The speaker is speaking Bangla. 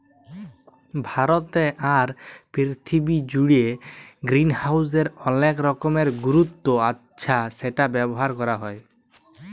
ভারতে আর পীরথিবী জুড়ে গ্রিনহাউসের অলেক রকমের গুরুত্ব আচ্ছ সেটা ব্যবহার ক্যরা হ্যয়